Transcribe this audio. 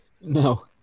No